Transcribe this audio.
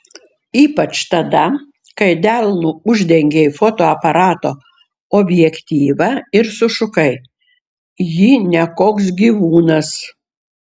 ypač tada kai delnu uždengei fotoaparato objektyvą ir sušukai ji ne koks gyvūnas